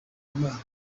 imana